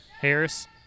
Harris